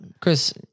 Chris